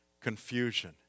confusion